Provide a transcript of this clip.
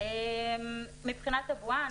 מבחינת הבועה,